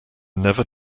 never